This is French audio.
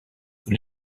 sous